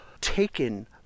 taken